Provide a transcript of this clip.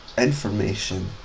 information